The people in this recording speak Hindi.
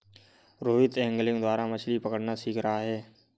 रोहित एंगलिंग द्वारा मछ्ली पकड़ना सीख रहा है